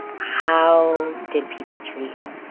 how did people treat you?